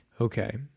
Okay